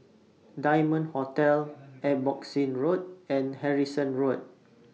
Diamond Hotel Abbotsingh Road and Harrison Road